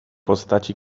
postaci